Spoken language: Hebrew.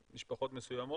של משפחות מסוימות,